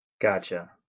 Gotcha